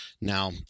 Now